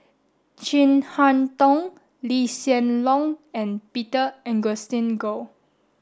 Chin Harn Tong Lee Hsien Loong and Peter Augustine Goh